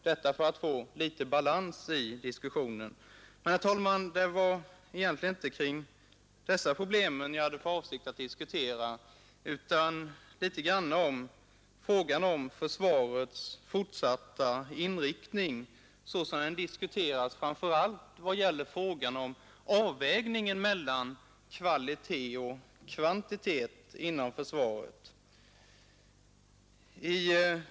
Herr talman! Det var egentligen inte om dessa problem jag hade för avsikt att tala utan om försvarets fortsatta inriktning, framför allt när det gäller frågan om avvägningen mellan kvantitet och kvalitet inom försvaret.